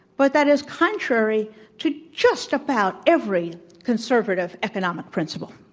but that is contrary to just about every conservative economic principle.